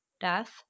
death